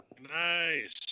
Nice